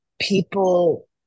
people